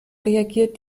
reagiert